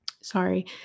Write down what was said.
sorry